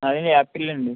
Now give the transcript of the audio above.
అదీ ఆపిల్ అండి